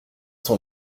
son